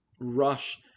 rush